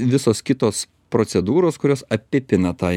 visos kitos procedūros kurios apipina tą